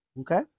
Okay